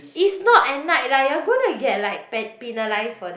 is not at night lah you are going get like pen~ penalized for that